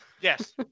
Yes